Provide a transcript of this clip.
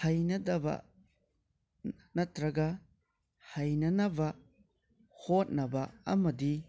ꯍꯩꯅꯗꯕ ꯅꯠꯇꯔꯒ ꯍꯩꯅꯅꯕ ꯍꯣꯠꯅꯕ ꯑꯃꯗꯤ